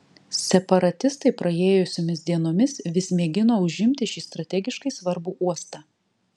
separatistai praėjusiomis dienomis vis mėgino užimti šį strategiškai svarbų uostą